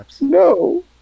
No